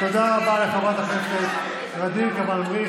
תודה רבה לחברת הכנסת ע'דיר כמאל מריח.